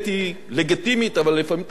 אבל לפעמים את הביקורתיות החריפה,